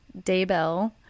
Daybell